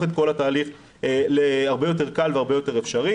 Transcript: את כל התהליך להרבה יותר קל והרבה יותר אפשרי.